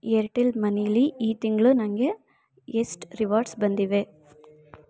Airtel ಮನಿಲಿ ಈ ತಿಂಗಳು ನನಗೆ ಎಷ್ಟು ರಿವಾರ್ಡ್ಸ್ ಬಂದಿವೆ